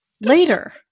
Later